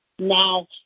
now